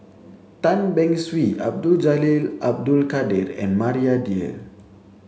Tan Beng Swee Abdul Jalil Abdul Kadir and Maria Dyer